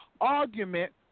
argument